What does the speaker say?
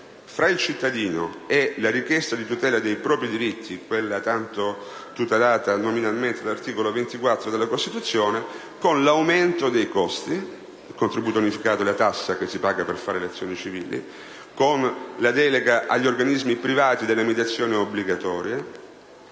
fra il cittadino e la richiesta di tutela dei propri diritti, tutela garantita nominalmente dall'articolo 24 della Costituzione, quali l'aumento dei costi (il contributo unificato è la tassa che si paga per intentare azioni civili), la delega ad organismi privati della mediazione obbligatoria